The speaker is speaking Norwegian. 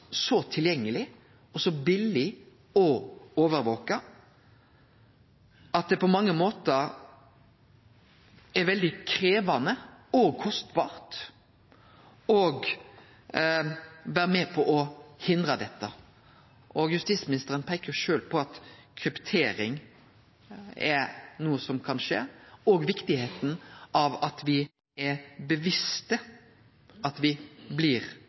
så tilgjengeleg og så billig å overvake at det på mange måtar er veldig krevjande og kostbart å vere med på å hindre dette. Justisministeren peiker sjølv på at kryptering er noko som kan skje, og viktigheita av at me er bevisste på at me blir